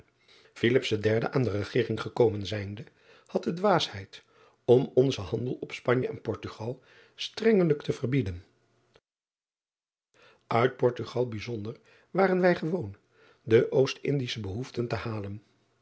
derde aan de regering gekomen zijnde had de dwaasheid om onzen handel op panje en ortugal strengelijk te verbieden it ortugal bijzonder waren wij gewoon de ostindische behoeften te ha